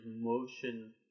motion